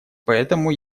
поэтому